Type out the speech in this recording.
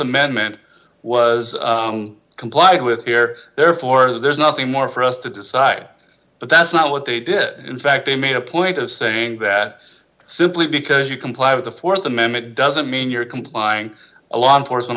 amendment was complied with here therefore there's nothing more for us to decide but that's not what they did in fact they made a point of saying that simply because you comply with the th amendment doesn't mean you're complying a law enforcement